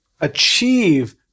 achieve